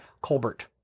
Colbert